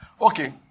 Okay